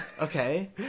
Okay